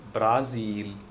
Brazil